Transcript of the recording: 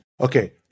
okay